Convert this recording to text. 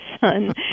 son